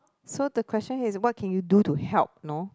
so the question is what can you do to help you know